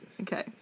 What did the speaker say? okay